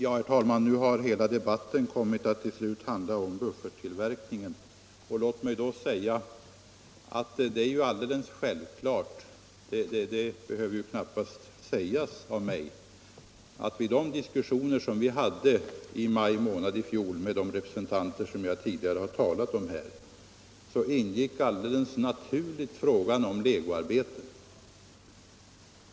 Herr talman! Nu har hela debatten till slut kommit att handla om bufferttillverkningen. Det är ju alldeles självklart — det behöver knappast sägas av mig — att vid de diskussioner, som vi hade i maj månad i fjol med de representanter som jag tidigare har talat om, ingick naturligen frågan om legoarbeten.